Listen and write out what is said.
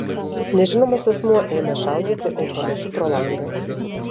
nežinomas asmuo ėmė šaudyti automatu pro langą